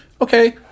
okay